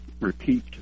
repeat